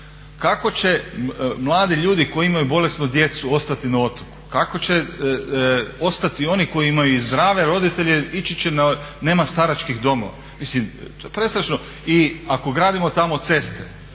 Kako će mladi ljudi koji imaju bolenu djecu ostati na otoku, kako će ostati oni koji imaju i zdrave roditelje, nema staračkih domova. Mislim to je prestrašno. I ako gradimo tamo ceste